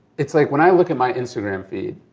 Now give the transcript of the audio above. it's like when i look at my instagram feed,